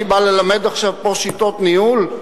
אני בא ללמד פה עכשיו שיטות ניהול?